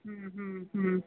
മ് ഹ് ഉം